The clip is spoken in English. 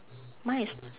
mine is